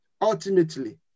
ultimately